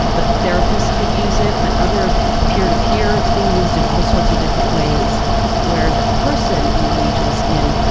but therapists could use it, but other peer-to-peer it's been used in all sorts of different ways where the person engages in,